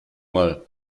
mal